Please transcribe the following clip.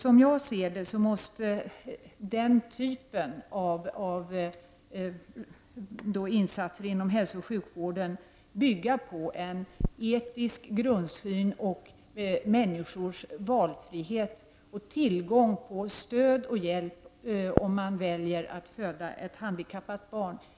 Som jag ser det måste den här typen av insatser inom hälsooch sjukvården bygga på en etisk grundsyn och människors valfrihet samt tillgång till stöd och hjälp, om man väljer att föda ett handikappat barn.